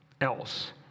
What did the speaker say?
else